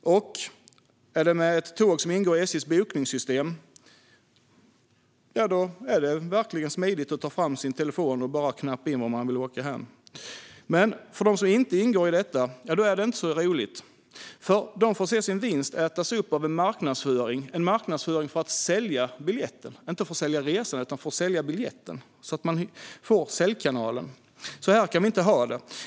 Om det är med ett tåg som ingår i SJ:s bokningssystem är det smidigt att ta fram sin telefon och bara knappa in vart man vill åka. Men för de bolag som inte ingår i detta är det inte så roligt, för de får se sin vinst ätas upp av marknadsföring för att sälja biljetter. Det är inte för att sälja resan utan för att sälja biljetten, så att de får säljkanalen. Så här kan vi inte ha det.